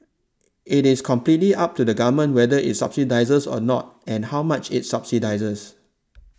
it is completely up to the Government whether it subsidises or not and how much it subsidises